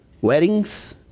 weddings